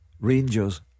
Rangers